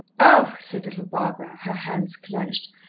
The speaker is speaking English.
oh! said little barbara, her hands clenched,